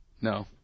No